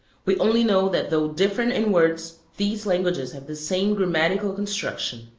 we only know that though different in words, these languages have the same grammatical construction.